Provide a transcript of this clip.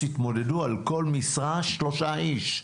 התמודדו על כל משרה שלושה אנשים.